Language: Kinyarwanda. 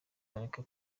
bareke